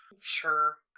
Sure